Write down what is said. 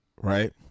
right